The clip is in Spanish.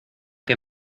que